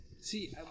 See